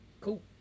cool